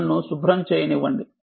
నన్ను శుభ్రం చేయనివ్వండి